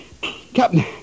Captain